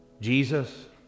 Jesus